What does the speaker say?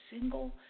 single